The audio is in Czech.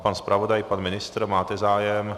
Pan zpravodaj, pan ministr, máte zájem?